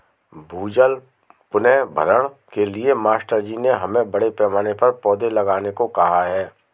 भूजल पुनर्भरण के लिए मास्टर जी ने हमें बड़े पैमाने पर पौधे लगाने को कहा है